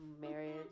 marriage